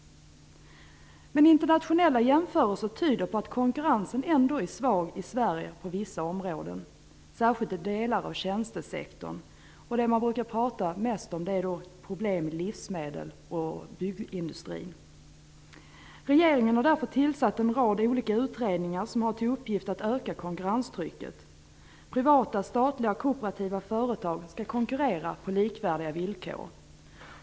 Men internationella jämförelser tyder på att konkurrensen ändå är svag i Sverige på vissa områden, särskilt i delar av tjänstesektorn. Det man brukar tala mest om är problemen med livsmedels och byggindustrierna. Regeringen har därför tillsatt en rad olika utredningar som har till uppgift att öka konkurrenstrycket. Privata, statliga och kooperativa företag skall konkurrera på likvärdiga villkor.